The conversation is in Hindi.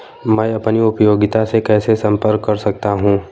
मैं अपनी उपयोगिता से कैसे संपर्क कर सकता हूँ?